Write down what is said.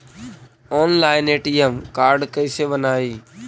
Online ATM card कैसे बनाई?